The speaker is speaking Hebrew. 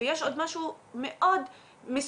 ויש עוד משהו מאוד מסוכן,